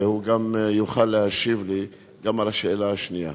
והוא יוכל להשיב לי גם על השאלה השנייה.